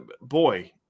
boy